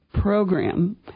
program